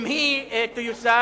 אם היא תיושם.